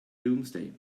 doomsday